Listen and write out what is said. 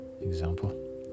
example